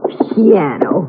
piano